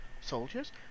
Soldiers